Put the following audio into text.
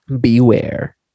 Beware